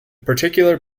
particular